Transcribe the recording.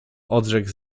odrzekł